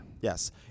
Yes